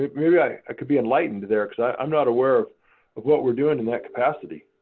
maybe i could be enlightened there because i'm not aware of of what we're doing in that capacity.